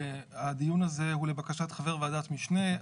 הדיון הזה הוא לבקשת חבר ועדת משנה.